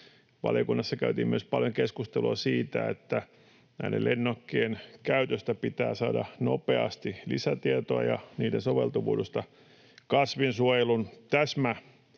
Valiokunnassa käytiin myös paljon keskustelua siitä, että näiden lennokkien käytöstä ja niiden soveltuvuudesta kasvinsuojelun